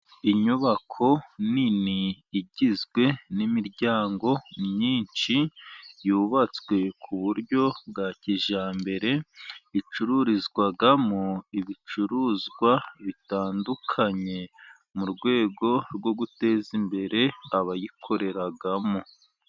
Inyubako nini igizwe n'imiryango myinshi. Yubatswe ku buryo bwa kijyambere. Icururizwamo ibicuruzwa bitandukanye, mu rwego rwo guteza imbere abayikoreramo.